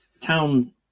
Town